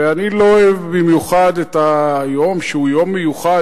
ואני לא אוהב במיוחד את היום שהוא יום מיוחד,